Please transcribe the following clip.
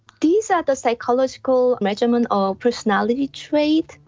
these are the psychological measurements of personality traits,